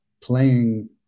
playing